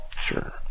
Sure